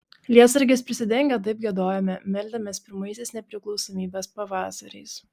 lietsargiais prisidengę taip giedojome meldėmės pirmaisiais nepriklausomybės pavasariais